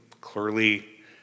clearly